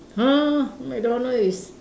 !huh! McDonald is